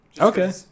Okay